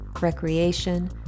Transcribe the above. recreation